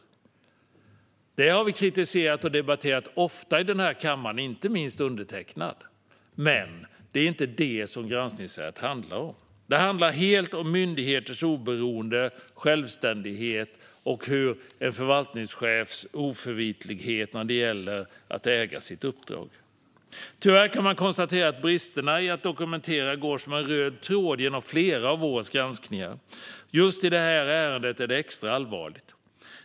Det har vi, inte minst undertecknad, kritiserat och debatterat ofta i den här kammaren, men det är inte det som granskningsärendet handlar om. Det handlar helt om myndigheters oberoende och självständighet och en förvaltningschefs oförvitlighet när det gäller att äga sitt uppdrag. Tyvärr kan man konstatera att bristerna i att dokumentera går som en röd tråd genom flera av årets granskningar. Just i detta ärende är det extra allvarligt.